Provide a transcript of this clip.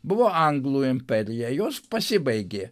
buvo anglų imperija jos pasibaigė